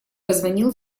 позвонил